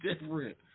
different